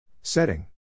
Setting